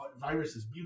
viruses